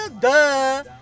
duh